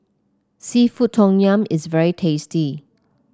seafood Tom Yum is very tasty